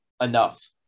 enough